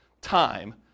time